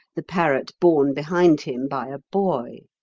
the parrot borne behind him by a boy.